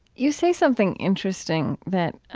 you say something interesting that